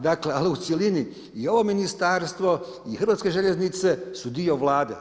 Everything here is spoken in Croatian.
Dakle, ali u cjelini i ovo Ministarstvo i Hrvatske željeznice su dio Vlade.